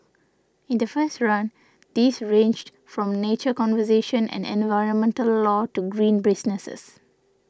in the first run these ranged from nature conservation and environmental law to green businesses